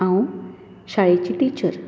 हांव शाळेची टिचर